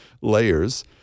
layers